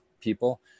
people